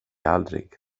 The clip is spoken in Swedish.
aldrig